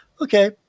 Okay